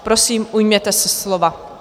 Prosím, ujměte se slova.